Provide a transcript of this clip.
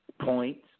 points